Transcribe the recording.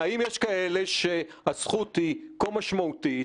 האם יש כאלה שהזכות כה משמעותית,